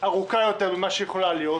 לארוכה יותר ממה שהיא יכולה להיות